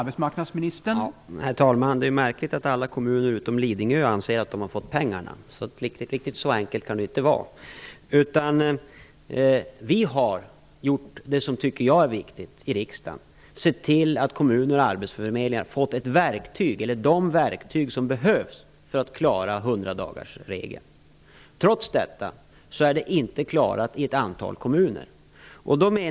Herr talman! Det är märkligt att alla kommuner utom Lidingö anser att de har fått pengarna. Riktigt så enkelt kan det inte vara. Vi har gjort det jag tycker är viktigt i riksdagen. Vi har sett till att kommuner och arbetsförmedlingar fått de verktyg som behövs för att klara hundradagarsregeln. Trots detta har man inte klarat det i ett antal kommuner.